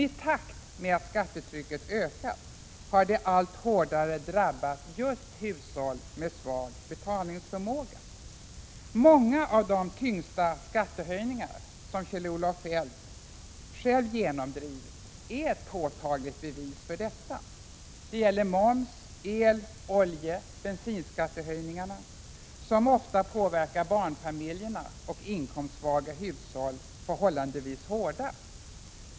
I takt med att skattetrycket ökat har det allt hårdare drabbat just hushåll med svag betalningsförmåga. Många av de kraftigaste skattehöjningar som Kjell-Olof Feldt själv har genomdrivit är påtagliga bevis för detta. Det gäller moms-, el-, oljeoch bensinskattehöjningarna, som ofta har påverkat barnfamiljerna och inkomstsvaga hushåll förhållandevis hårdast.